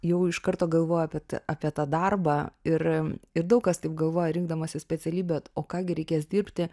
jau iš karto galvojai apie apie tą darbą ir ir daug kas taip galvoja rinkdamasis specialybę o ką gi reikės dirbti